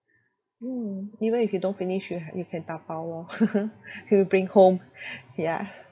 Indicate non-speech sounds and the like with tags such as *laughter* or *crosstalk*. mm even if you don't finish you ha~ you can tapau lor *laughs* bring home yeah